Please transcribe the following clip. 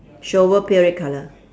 shovel pail red colour